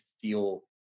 feel